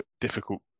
difficult